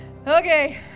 Okay